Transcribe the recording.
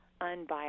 unbiased